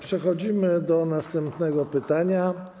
Przechodzimy do następnego pytania.